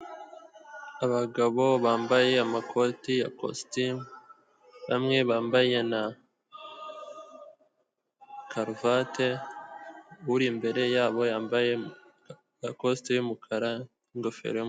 Abagabo bambaye amakoti ya kositimu, bamwe bambaye na karuvati, uri imbere yabo yambaye rakosite y'umukara n'ingofero y...